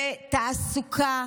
בתעסוקה,